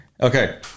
Okay